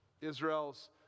Israel's